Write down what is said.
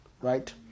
Right